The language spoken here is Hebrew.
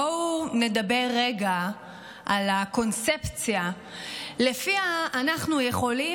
בואו נדבר רגע על הקונספציה שלפיה אנחנו יכולים